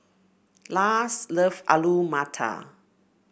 Lars loves Alu Matar